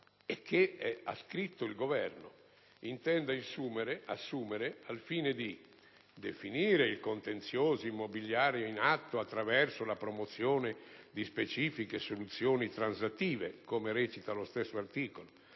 Governo ha citato e scritto «intenda assumere al fine di: a) definire il contenzioso immobiliare in atto, attraverso la proposizione di specifiche soluzioni transattive», come recita lo stesso articolo,